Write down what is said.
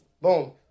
Boom